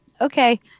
Okay